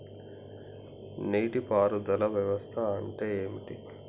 నీటి పారుదల వ్యవస్థ అంటే ఏంటి?